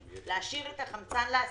להשאיר את החמצן לעסקים,